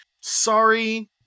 sorry